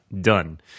Done